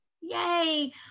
Yay